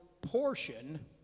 portion